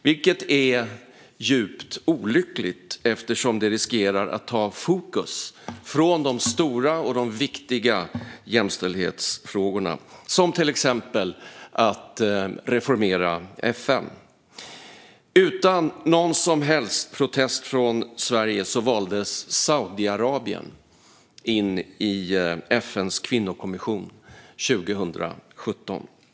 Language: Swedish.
Detta är djupt olyckligt eftersom det riskerar att ta fokus från de stora och viktiga jämställdhetsfrågorna, till exempel att reformera FN. Utan någon som helst protest från Sverige valdes Saudiarabien in i FN:s kvinnokommission 2017.